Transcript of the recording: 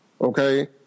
okay